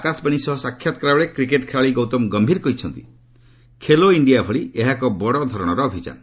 ଆକାଶବାଣୀ ସହ ସାକ୍ଷାତକାର ବେଳେ କ୍ରିକେଟ୍ ଖେଳାଳି ଗୌତମ ଗମ୍ଭୀର କହିଛନ୍ତି ଖେଲୋ ଇଣ୍ଡିଆ ଭଳି ଏହା ଏକ ବଡ଼ ଧରଣର ଅଭିଯାନ